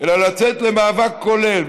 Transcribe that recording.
אלא לצאת למאבק כולל,